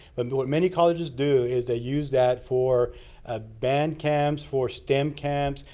and what many colleges do is they use that for ah band camps, for stem camps,